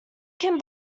can